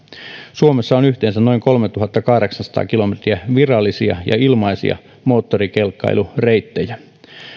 suomessa on yhteensä noin kolmetuhattakahdeksansataa kilometriä virallisia ja ilmaisia moottorikelkkailureittejä